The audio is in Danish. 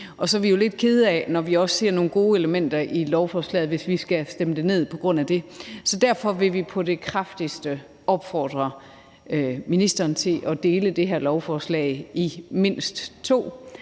Så vi er jo lidt kede af, at vi, når vi også ser nogle gode elementer i lovforslaget, skal stemme det ned på grund af det, så derfor vil vi på det kraftigste opfordre ministeren til at dele det her lovforslag i mindst to,